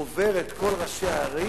עובר את כל ראשי הערים,